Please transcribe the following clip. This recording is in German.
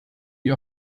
die